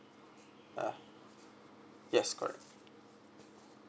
ah yes correct